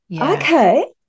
Okay